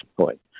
point